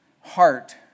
heart